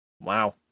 wow